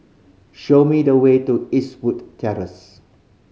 show me the way to Eastwood Terrace